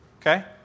Okay